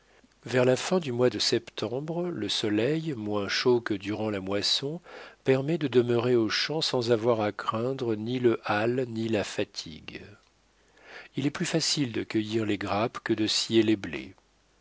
vers la fin du mois de septembre le soleil moins chaud que durant la moisson permet de demeurer aux champs sans avoir à craindre ni le hâle ni la fatigue il est plus facile de cueillir les grappes que de scier les blés